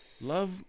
love